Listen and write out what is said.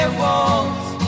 walls